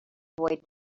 boy